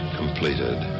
completed